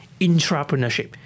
intrapreneurship